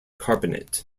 carbonate